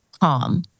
calm